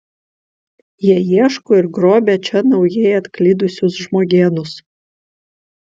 jie ieško ir grobia čia naujai atklydusius žmogėnus